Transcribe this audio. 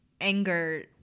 anger